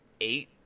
eight